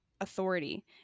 authority